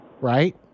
Right